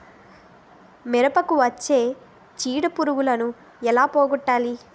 మిరపకు వచ్చే చిడపురుగును ఏల పోగొట్టాలి?